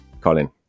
Colin